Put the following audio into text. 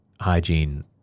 hygiene